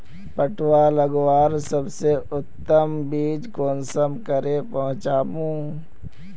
पटुआ लगवार सबसे उत्तम बीज कुंसम करे पहचानूम?